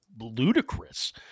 ludicrous